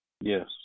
Yes